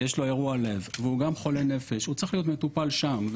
יש לו אירוע לב והוא גם חולה נפש הוא צריך להיות מטופל שם,